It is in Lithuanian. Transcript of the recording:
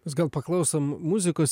mes gal paklausom muzikos